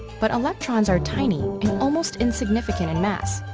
but electrons are tiny and almost insignificant in mass,